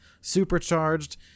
supercharged